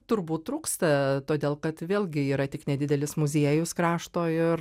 turbūt trūksta todėl kad vėlgi yra tik nedidelis muziejus krašto ir